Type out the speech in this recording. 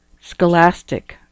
Scholastic